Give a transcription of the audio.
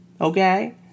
Okay